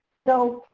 so